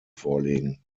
vorlegen